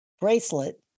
bracelet